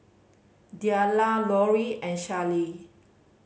Dellia Lorri and Schley